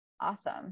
Awesome